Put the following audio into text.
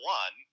one